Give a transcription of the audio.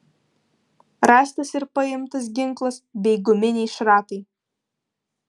rastas ir paimtas ginklas bei guminiai šratai